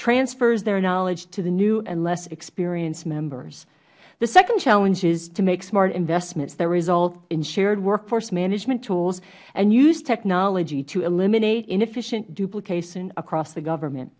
transfers their knowledge to the new and less experienced members the second challenge is to make smart investments that result in shared workforce management tools and use technology to eliminate inefficient duplication across the government